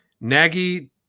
Nagy